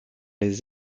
les